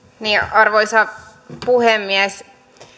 arvoisa puhemies